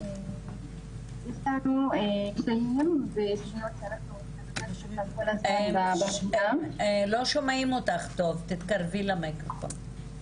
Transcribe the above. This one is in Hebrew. זה תהליך מסובך ועוד אנחנו משלמות סכומים